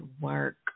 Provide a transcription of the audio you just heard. work